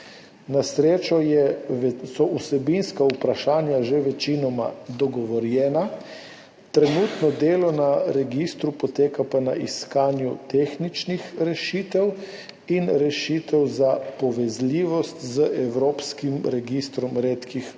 Na srečo so vsebinska vprašanja že večinoma dogovorjena. Trenutno delo na registru pa poteka na iskanju tehničnih rešitev in rešitev za povezljivost z evropskim registrom redkih bolezni.